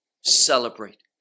celebrate